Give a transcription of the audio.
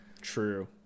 True